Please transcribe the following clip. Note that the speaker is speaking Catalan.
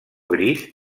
gris